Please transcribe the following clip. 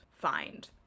find